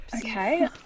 Okay